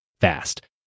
fast